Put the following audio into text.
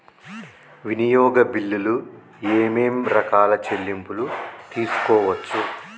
వినియోగ బిల్లులు ఏమేం రకాల చెల్లింపులు తీసుకోవచ్చు?